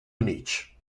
múnich